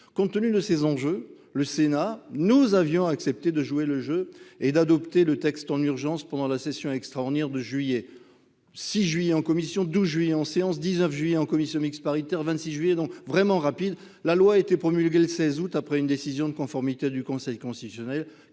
compte tenu de ces enjeux. Le Sénat, nous avions accepté de jouer le jeu et d'adopter le texte en urgence pendant la session extraordinaire de juillet. Six juillet en commission 12 juillet en séance 19 juillet en commission mixte paritaire. 26 juillet, donc vraiment rapide. La loi a été promulguée le 16 août, après une décision de conformité du Conseil constitutionnel